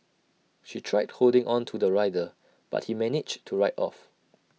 she tried holding on to the rider but he managed to ride off